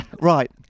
Right